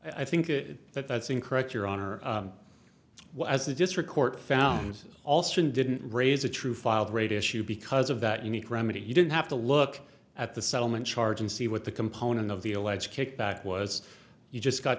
right i think that that's incorrect your honor well as the district court found alston didn't raise a true filed rate issue because of that unique remedy you don't have to look at the settlement charge and see what the component of the alleged kickback was you just got